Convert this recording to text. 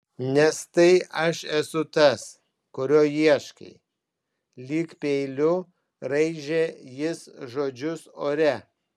nes tai aš esu tas kurio ieškai lyg peiliu raižė jis žodžius ore